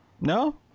No